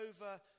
over